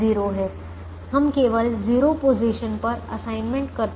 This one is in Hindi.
हम केवल 0 पदों पर असाइनमेंट करते हैं